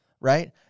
right